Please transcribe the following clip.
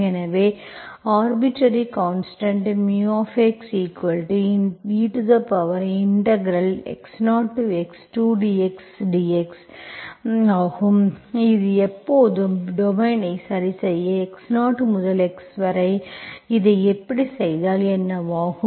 எனவே arbitrary constant xex0x2dx ஆகும் இது எப்போதும் டொமைன்ஐ சரிசெய்ய x0 முதல் x வரை இதை இப்படிச் செய்தால் இது என்னவாகும்